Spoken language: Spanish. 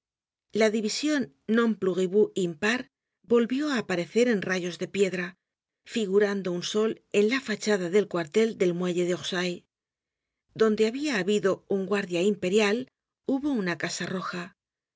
pluribus in par volvió á aparecer en rayos de piedra figurando un sol en la fachada del cuartel del muelle de orsay donde habia habido una guardia imperial hubo una casa roja el